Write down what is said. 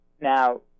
Now